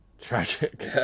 Tragic